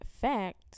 fact